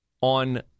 on